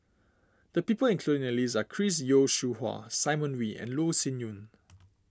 the people included in the list are Chris Yeo Siew Hua Simon Wee and Loh Sin Yun